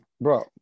bro